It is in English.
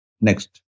Next